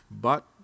but